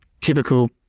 Typical